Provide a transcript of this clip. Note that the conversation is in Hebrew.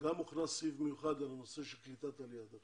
גם הוכנס סעיף מיוחד על הנושא של קליטת עלייה.